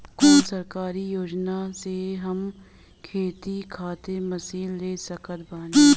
कौन सरकारी योजना से हम खेती खातिर मशीन ले सकत बानी?